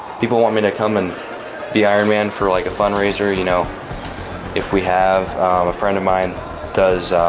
people want me to come and be iron man for like a fundraiser. you know if we have a friend of mine does